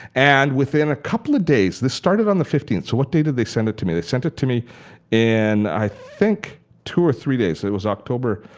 and within a couple of days this started on the fifteenth so what day did they send it to me they sent it to me in i think two or three days, it was october.